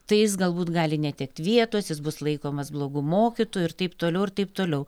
tai jis galbūt gali netekt vietos jis bus laikomas blogu mokytoju ir taip toliau ir taip toliau